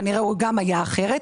כנראה שהוא גם היה אחרת.